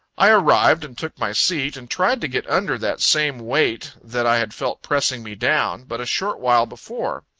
i arrived, and took my seat, and tried to get under that same weight, that i had felt pressing me down, but a short while before.